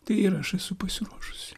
tai ir aš esu pasiruošusi